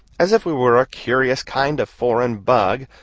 as if we were a curious kind of foreign bug,